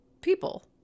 people